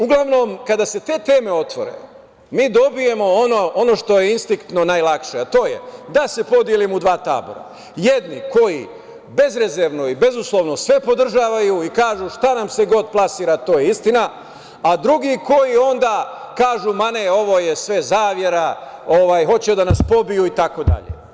Uglavnom, kada se te teme otvore, mi dobijemo ono što je instinktno najlakše, a to je da se podelimo u dva tabora; jedni koji bezrezervno i bezuslovno sve podržavaju i kažu – šta nam se god plasira to je istina, a drugi koji onda kažu – ma, ne, ovo je sve zavera, hoće da nas pobiju itd.